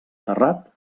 terrat